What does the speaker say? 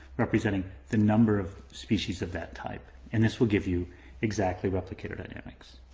representing the number of species of that type, and this will give you exactly replicator dynamics.